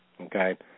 Okay